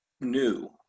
new